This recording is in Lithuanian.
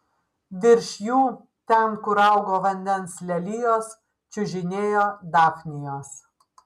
virš jų ten kur augo vandens lelijos čiužinėjo dafnijos